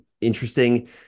interesting